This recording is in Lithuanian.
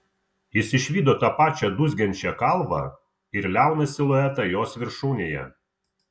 jis išvydo tą pačią dūzgiančią kalvą ir liauną siluetą jos viršūnėje